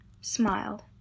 smiled